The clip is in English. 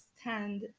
stand